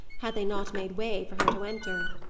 had they not made way for her to enter.